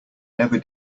never